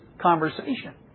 conversation